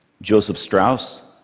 joseph strauss,